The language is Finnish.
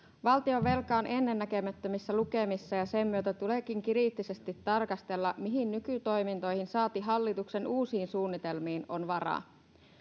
valtionvelka on ennennäkemättömissä lukemissa ja sen myötä tuleekin kriittisesti tarkastella mihin nykytoimintoihin saati hallituksen uusiin suunnitelmiin on varaa